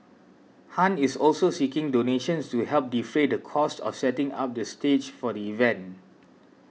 Han is also seeking donations to help defray the cost of setting up the stage for the event